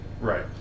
Right